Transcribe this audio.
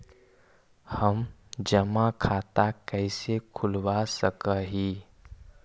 हम जमा खाता कैसे खुलवा सक ही?